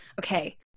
okay